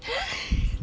!huh!